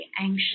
anxious